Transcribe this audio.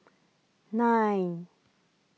nine